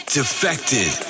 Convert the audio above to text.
Defected